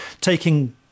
taking